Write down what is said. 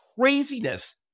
craziness